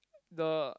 the